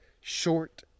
short